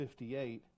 58